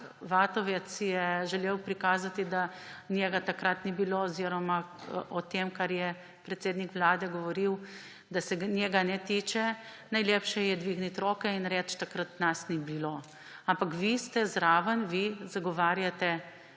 Vatovec želel prikazati, da njega takrat ni bilo oziroma da se ga to, o čemer je predsednik Vlade govoril, njega ne tiče – najlepše je dvigniti roke in reči, takrat nas ni bilo. Ampak vi ste zraven, vi zagovarjate